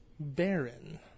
Baron